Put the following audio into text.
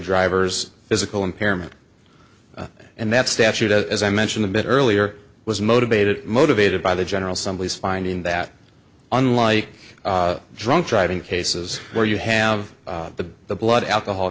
driver's physical impairment and that statute as i mentioned a bit earlier was motivated motivated by the general somebody finding that unlike drunk driving cases where you have the the blood alcohol